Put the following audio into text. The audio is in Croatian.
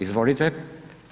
Izvolite.